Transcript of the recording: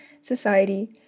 society